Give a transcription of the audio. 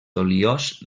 oliós